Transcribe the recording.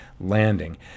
landing